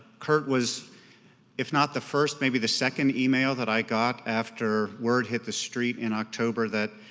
kirt was if not the first, maybe the second email that i got after word hit the street in october that,